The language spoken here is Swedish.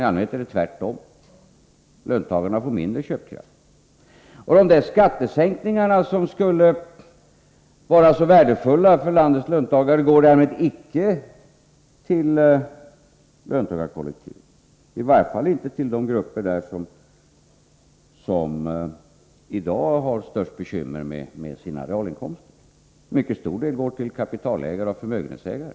I allmänhet är det tvärtom. Löntagarna får mindre köpkraft. De skattesänkningar som skulle vara så värdefulla för landets löntagare går därmed icke till löntagarkollektivet — i varje fall inte till de grupper i detta kollektiv som i dag har störst bekymmer med sina realinkomster. En mycket stor del går till kapitalägare och förmögenhetsägare.